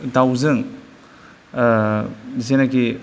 दाउजों जेनाखि